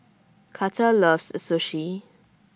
Karter loves Sushi